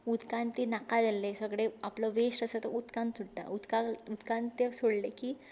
उदकांत तीं नाका जाल्लें सगळें आपलो वेस्ट आसा तो उदकांत सोडटा उदकाक उदकांत तें सोडलें की